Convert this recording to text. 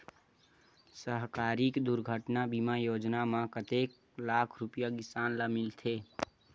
सहकारी दुर्घटना बीमा योजना म कतेक लाख रुपिया किसान ल मिलथे?